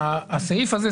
הסעיף הזה,